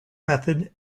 method